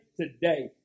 Today